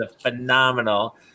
phenomenal